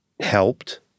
helped